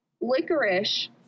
licorice